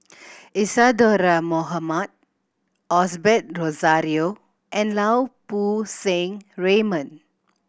Isadhora Mohamed Osbert Rozario and Lau Poo Seng Raymond